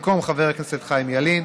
במקום חבר הכנסת חיים ילין.